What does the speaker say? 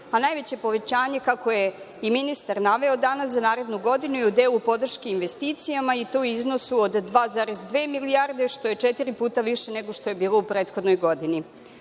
a najveća povećanje, kako je i ministar naveo danas, za narednu godinu je u delu podrške investicijama i to u iznosu od 2,2 milijarde, što je četiri puta više nego što je bilo u prethodnoj